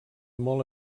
molt